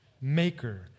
maker